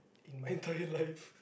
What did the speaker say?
in my entire life